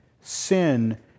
sin